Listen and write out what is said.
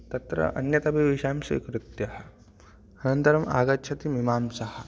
तत्र अन्यदपि विषयं स्वीकृत्य अनन्तरम् आगच्छति मीमांसा